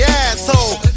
asshole